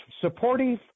supportive